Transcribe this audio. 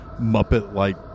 Muppet-like